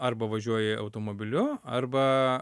arba važiuoji automobiliu arba